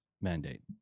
mandate